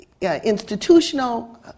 institutional